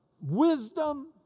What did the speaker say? wisdom